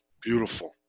Beautiful